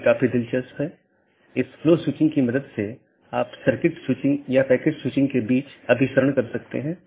इसलिए आप देखते हैं कि एक BGP राउटर या सहकर्मी डिवाइस के साथ कनेक्शन होता है यह अधिसूचित किया जाता है और फिर कनेक्शन बंद कर दिया जाता है और अंत में सभी संसाधन छोड़ दिए जाते हैं